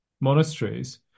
monasteries